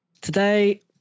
Today